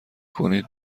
کنید